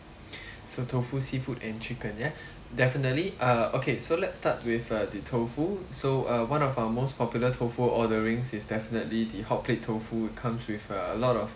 so tofu seafood and chicken ya definitely uh okay so let's start with uh the tofu so uh one of our most popular tofu orderings is definitely the hotplate tofu comes with uh a lot of